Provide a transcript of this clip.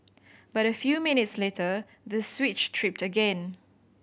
but a few minutes later the switch tripped again